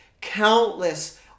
countless